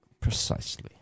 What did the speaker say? Precisely